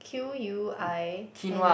Q_U_I_N